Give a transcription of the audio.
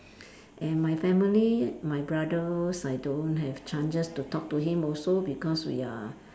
and my family my brothers I don't have chances to talk to him also because we are